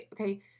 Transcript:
Okay